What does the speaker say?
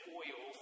oil